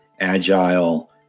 agile